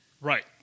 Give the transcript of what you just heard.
Right